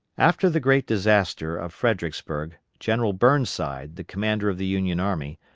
after the great disaster of fredericksburg, general burnside, the commander of the union army,